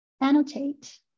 annotate